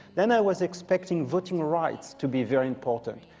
then, i was expecting voting rights to be very important.